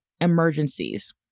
emergencies